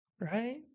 right